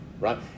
right